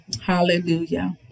Hallelujah